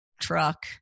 truck